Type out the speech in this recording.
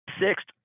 Sixth